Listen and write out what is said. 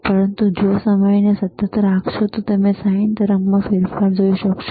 પરંતુ જો તમે સમયને સતત રાખશો તો તમે sin તરંગમાં ફેરફાર જોઈ શકશો